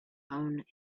own